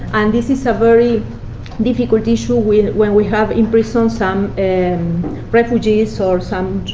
and this is a very difficult issue when when we have imprisoned some and refugees, or some